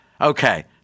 Okay